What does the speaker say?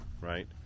right